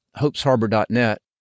HopesHarbor.net